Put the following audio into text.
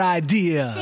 idea